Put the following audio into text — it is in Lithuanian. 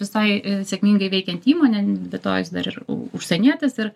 visai i sėkmingai veikianti įmonė be to jis dar ir u užsienietis ir